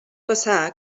passar